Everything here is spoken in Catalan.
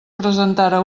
presentara